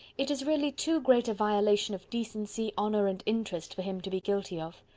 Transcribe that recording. it is really too great a violation of decency, honour, and interest, for him to be guilty of.